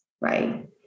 right